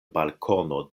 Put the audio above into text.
balkono